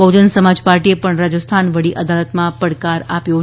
બહ્જન સમાજ પાર્ટીએ પણ રાજસ્થાન વડી અદાલતમાં પડકાર આપ્યો છી